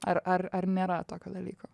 ar ar ar nėra tokio dalyko